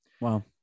Wow